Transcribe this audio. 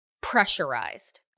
pressurized